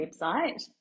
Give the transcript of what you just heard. website